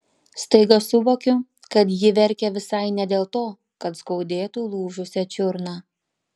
staiga suvokiu kad ji verkia visai ne dėl to kad skaudėtų lūžusią čiurną